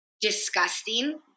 disgusting